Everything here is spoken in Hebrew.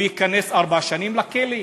הוא ייכנס ארבע שנים לכלא?